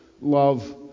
love